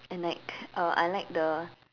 and like uh I like the